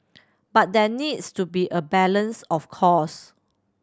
but there needs to be a balance of course